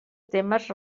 temes